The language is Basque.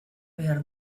behar